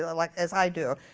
like as i do,